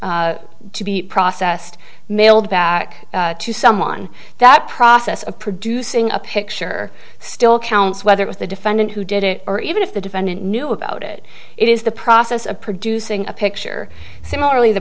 lab to be processed mailed back to someone that process of producing a picture still counts whether it was the defendant who did it or even if the defendant knew about it it is the process of producing a picture similarly the